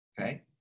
Okay